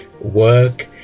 work